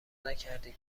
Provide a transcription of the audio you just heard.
نکردی